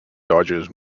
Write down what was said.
dodgers